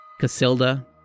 Casilda